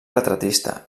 retratista